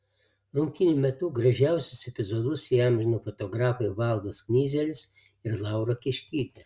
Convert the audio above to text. rungtynių metu gražiausius epizodus įamžino fotografai valdas knyzelis ir laura kiškytė